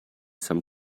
some